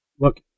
look